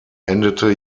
endete